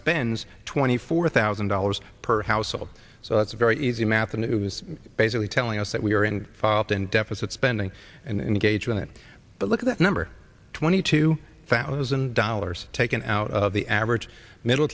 spends twenty four thousand dollars per household so that's a very easy math and it was basically telling us that we are in fault in deficit spending and engagement but look at that number twenty two thousand dollars taken out of the average middle